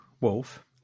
Wolf